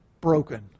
Broken